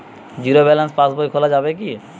Zero balance pass বই খোলা যাবে কি?